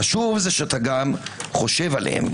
קשוב, זה כשאתה גם חושב עליהם.